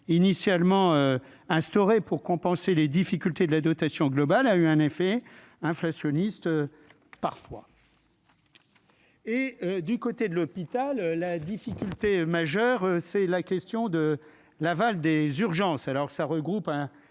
initialement instaurée pour compenser les difficultés de la dotation globale a eu un effet inflationniste parfois. Et du côté de l'hôpital, la difficulté. Tu es majeure, c'est la question de l'aval des urgences alors ça regroupe un